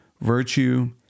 virtue